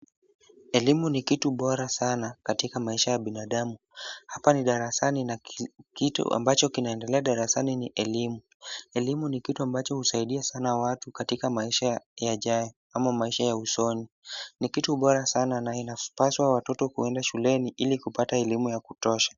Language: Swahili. Elimu ni kitu bora sana katika maisha ya binadamu, hapa ni darasani na kitu ambacho kinaendelea darasani ni elimu, elimu ni kitu ambacho kusaidia sana watu katika maisha yachao ama maisha ya uzoni, ni kitu bora sana na inapaswa watoto kenda shuleni ili kuoata elimu ya kutosha.